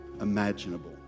imaginable